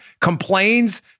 complains